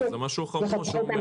זה משהו אחר.